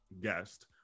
guest